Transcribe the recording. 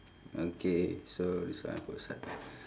okay so this one I put aside